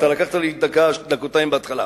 לקחת לי דקתיים בהתחלה.